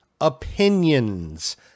Opinions